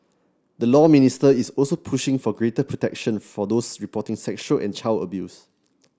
the Law Ministry is also pushing for greater protection for those reporting sexual and child abuse